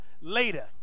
later